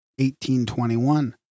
1821